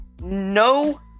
no